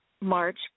March